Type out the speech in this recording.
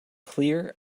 clear